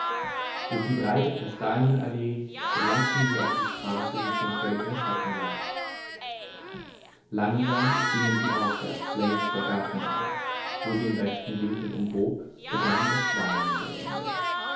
durch die breite kastanienallee gelangten sie auf die straße die schon völlig im schatten lag langsam gingen sie aufwärts längs der gartenmauer wo sie im rechten winkel umbog begann das